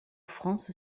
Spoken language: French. france